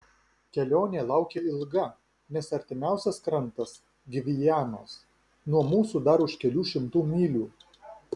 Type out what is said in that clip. kelionė laukia ilga nes artimiausias krantas gvianos nuo mūsų dar už kelių šimtų mylių